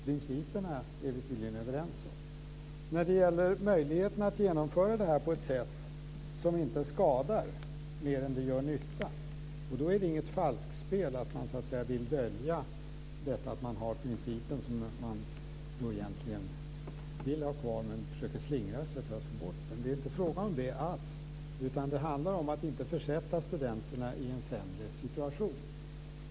Principerna är vi tydligen överens om. Det gäller att få möjligheten att genomföra det här på ett sätt som inte skadar mer än det gör nytta. Då är det inte fråga om något falskspel, att man vill dölja att man egentligen vill behålla principen och försöker slingra sig för att få bort den. Det är inte alls fråga om det, utan det handlar om att inte försätta studenterna i en sämre situation.